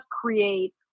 create